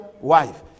wife